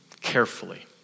carefully